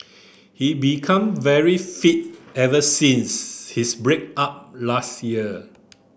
he become very fit ever since his break up last year